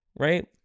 Right